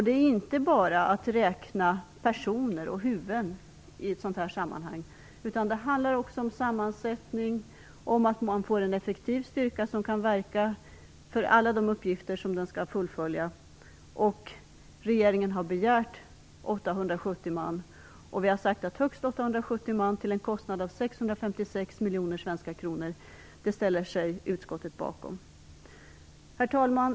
Det är inte bara att räkna personer och huvuden i ett sådant här sammanhang. Det handlar också om sammansättningen, om att få en effektiv styrka, som kan verka för alla de uppgifter som den skall fullfölja. Regeringen har begärt 870 man, och vi har uttalat att utskottet ställer sig bakom högst 870 man till en kostnad av 656 miljoner svenska kronor. Herr talman!